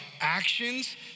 actions